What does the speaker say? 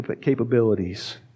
capabilities